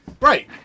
Right